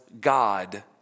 God